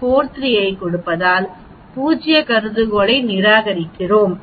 43 ஐக் கொடுப்பதால் பூஜ்ய கருதுகோளை நிராகரிக்கிறோம்